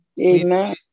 Amen